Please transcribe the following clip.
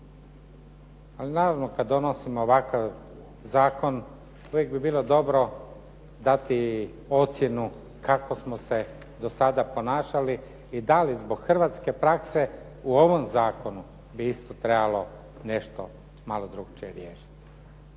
Ali naravno kad donosimo ovakav zakon uvijek bi bilo dobro dati i ocjenu kako smo se do sada ponašali i da li zbog hrvatske prakse u ovom zakonu bi isto trebalo nešto malo drukčije riješiti.